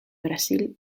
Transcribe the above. brasil